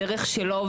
כל אחד בדרכו שלו,